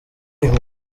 uyu